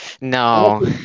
No